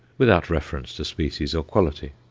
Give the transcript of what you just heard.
without reference to species or quality.